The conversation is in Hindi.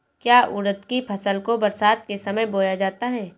क्या उड़द की फसल को बरसात के समय बोया जाता है?